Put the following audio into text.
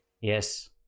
Yes